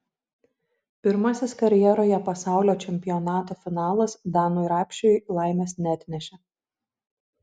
pirmasis karjeroje pasaulio čempionato finalas danui rapšiui laimės neatnešė